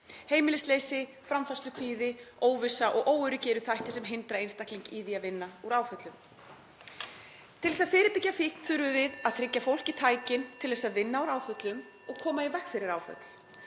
Heimilisleysi, framfærslukvíði, óvissa og óöryggi eru þættir sem hindra einstakling í því að vinna úr áföllum. Til að fyrirbyggja fíkn þurfum við (Forseti hringir.) að tryggja fólki tækin til að vinna úr áföllum og koma í veg fyrir áföll.